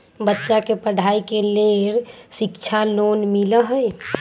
बच्चा के पढ़ाई के लेर शिक्षा लोन मिलहई?